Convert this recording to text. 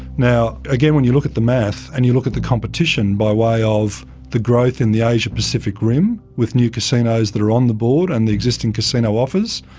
again, when you look at the math and you look at the competition by way of the growth in the asia pacific rim with new casinos that are on the board and the existing casino offers,